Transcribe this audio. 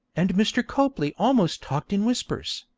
and mr. copley almost talked in whispers,